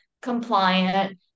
compliant